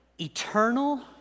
eternal